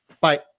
Bye